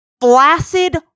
flaccid